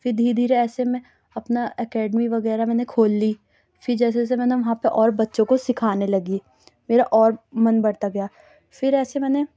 پھر دھیرے دھیرے ایسے میں اپنا اکیڈمی وغیرہ میں نے کھول لی پھر جیسے جیسے میں نے وہاں پہ اور بچوں کو سیکھانے لگی میرا اور من بڑھتا گیا پھر ایسے میں نے